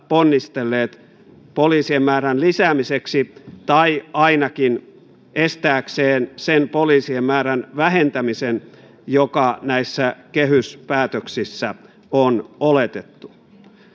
ponnistelleet poliisien määrän lisäämiseksi tai ainakin estääkseen sen poliisien määrän vähentämisen joka näissä kehyspäätöksissä on oletettu